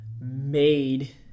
made